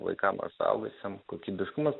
vaikam ar suaugusiem kokybiškumas